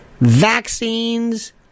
Vaccines